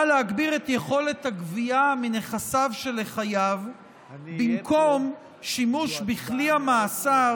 להגביר את יכולת הגבייה מנכסיו של החייב במקום שימוש בכלי המאסר,